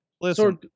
Listen